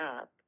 up